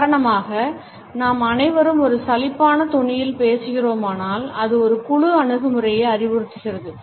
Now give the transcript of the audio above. உதாரணமாக நாம் அனைவரும் ஒரு சலிப்பான தொனியில் பேசுகிறோமானால் அது ஒரு குழு அணுகுமுறையை அறிவுறுத்துகிறது